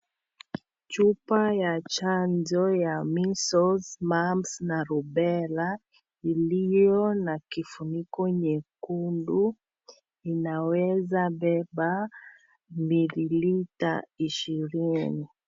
Chupa ya janjo ya measles, mumps na Rubella, ulio na kifuniko nyekundu unaweza beba mililita ishirini.